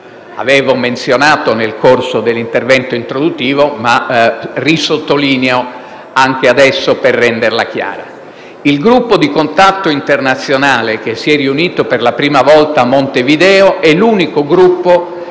avevo menzionato nel corso dell'intervento introduttivo, ma che risottolineo anche adesso per renderla chiara. Il Gruppo di contatto internazionale, che si è riunito per la prima volta a Montevideo, è l'unico Gruppo